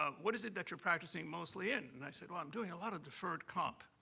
ah what is it that you're practicing mostly in? and i said, well, i'm doing a lot of deferred comp.